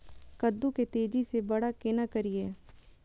कद्दू के तेजी से बड़ा केना करिए?